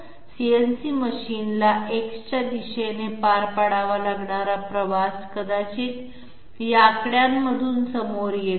CNC मशिनला X च्या दिशेने पार पाडावा लागणारा प्रवास कदाचित या आकड्यांमधून समोर येत आहे